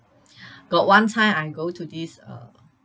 got one time I go to this uh